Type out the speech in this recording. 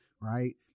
right